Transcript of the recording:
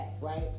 right